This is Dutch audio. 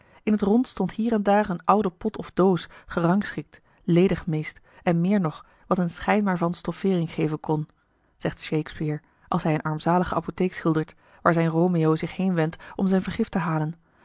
in t rond stond hier en daar eene oude pot of doos gerangschikt ledig meest en meer nog wat een schijn maar van stoffeering geven kon zegt shakespeare als hij eene armzalige apotheek schildert waar zijn romeo zich heenwendt om zijn vergif te halen